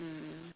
mm